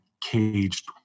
caged